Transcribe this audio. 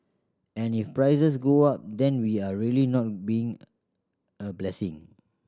and if prices go up then we are really not being a blessing